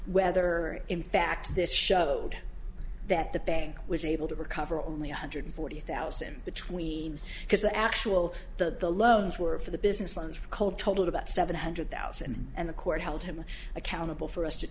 whether in fact this showed that the bank was able to recover only one hundred forty thousand between because the actual that the loans were for the business loans culture told about seven hundred thousand and the court held him accountable for us to